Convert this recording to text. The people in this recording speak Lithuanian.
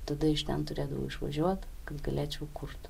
tada iš ten turėdavau išvažiuot kad galėčiau kurt